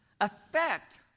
affect